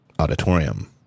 auditorium